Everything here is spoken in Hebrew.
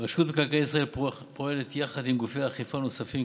רשות מקרקעי ישראל פועלת יחד עם גופי אכיפה נוספים